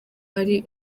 ari